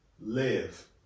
live